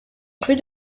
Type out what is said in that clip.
rue